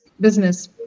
business